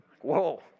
Whoa